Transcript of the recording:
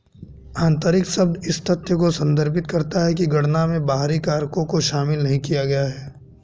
आंतरिक शब्द इस तथ्य को संदर्भित करता है कि गणना में बाहरी कारकों को शामिल नहीं किया गया है